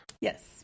Yes